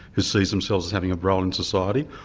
who sees themselves as having a role in society,